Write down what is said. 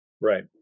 Right